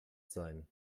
sein